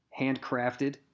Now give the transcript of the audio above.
handcrafted